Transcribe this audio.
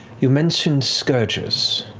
you mentioned scourgers.